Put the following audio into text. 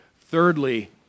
Thirdly